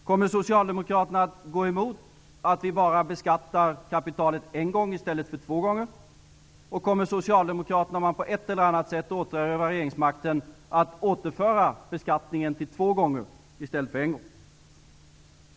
Kommer socialdemokraterna att gå emot att vi beskattar kapitalet bara en gång i stället för två gånger? Och kommer socialdemokraterna, om man på ett eller annat sätt återerövrar regeringsmakten, att återinföra dubbelbeskattning?